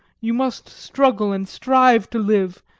you must struggle and strive to live,